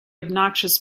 obnoxious